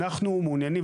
אנחנו מעוניינים,